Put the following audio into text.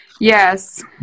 Yes